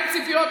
אין ציפיות,